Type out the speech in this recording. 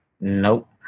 nope